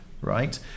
right